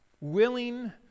willing